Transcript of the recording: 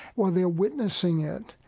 while they're witnessing it.